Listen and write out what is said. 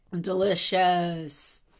Delicious